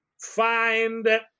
find